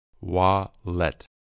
Wallet